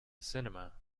cinema